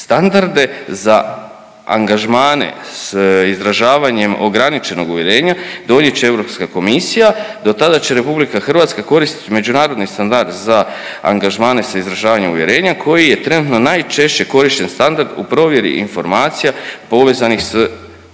Standarde za angažmane s izražavanjem ograničenog uvjerenja donijet će Europska komisija, dotada će RH koristit međunarodni standard za angažmane s izražavanjem uvjerenja koji je trenutno najčešće korišten standard u provjeri informacija povezanih s